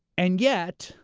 and yet,